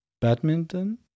badminton